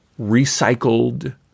recycled